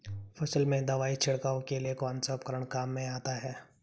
फसल में दवाई छिड़काव के लिए कौनसा उपकरण काम में आता है?